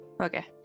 okay